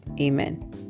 Amen